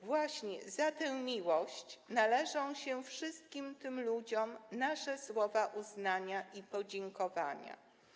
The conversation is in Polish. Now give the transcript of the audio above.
Właśnie za tę miłość należą się tym wszystkim ludziom nasze słowa uznania i podziękowania.